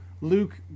Luke